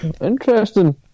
Interesting